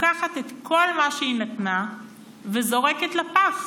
לוקחת את כל מה שהיא נתנה וזורקת לפח.